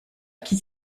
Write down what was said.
qui